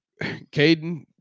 Caden